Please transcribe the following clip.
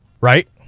Right